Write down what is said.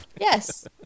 Yes